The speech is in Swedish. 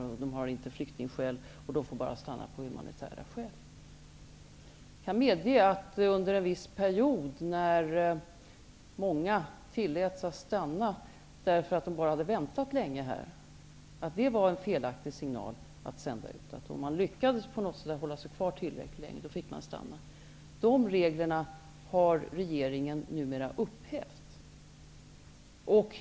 De skulle alltså inte ha flyktingskäl utan får stanna på bara humani tära skäl. Jag kan medge att det under en viss period, när många tilläts att stanna bara för att de hade väntat länge här, gavs en felaktig signal. Om man lycka des hålla sig kvar tillräckligt länge fick man stanna. Regeringen har numera upphävt de reg lerna.